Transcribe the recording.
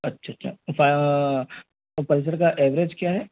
अच्छा छा पल्सर का ऐव्रेज क्या है